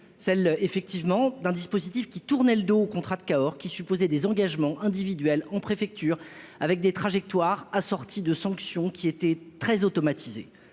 celle effectivement d'un dispositif qui tournait le dos, contrat de Cahors qui supposait des engagements individuels ont préfecture avec des trajectoires assorti de sanctions qui était très automatisées